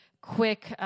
quick